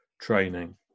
training